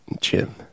Jim